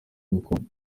gakondo